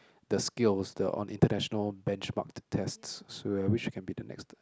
the skills the on international benchmark tests so I wish we can be the next